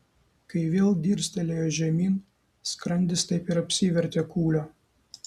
kai vėl dirstelėjo žemyn skrandis taip ir apsivertė kūlio